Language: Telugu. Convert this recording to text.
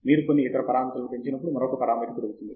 మీరు కొన్ని ఇతర పరామితులను పెంచినప్పుడు మరొక పరామితి పెరుగుతుంది